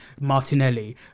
Martinelli